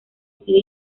decide